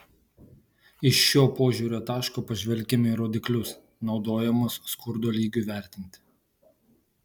iš šio požiūrio taško pažvelkime į rodiklius naudojamus skurdo lygiui vertinti